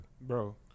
Bro